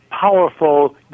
Powerful